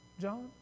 John